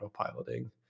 autopiloting